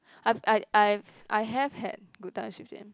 I've I I've I have had good times with them